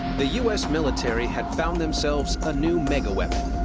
the u s. military had found themselves a new mega weapon,